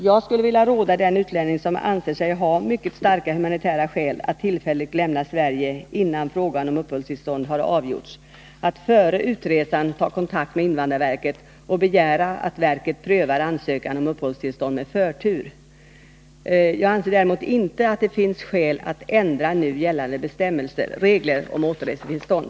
Jag skulle vilja råda den utlänning, som anser sig ha mycket starka humanitära skäl att tillfälligt lämna Sverige innan frågan om uppehållstillstånd har avgjorts, att före utresan ta kontakt med invandrarverket och begära att verket prövar ansökningen om uppehållstillstånd med förtur. Jag anser däremot att det inte finns skäl att ändra nu gällande regler om återresetillstånd.